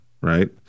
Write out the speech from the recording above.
right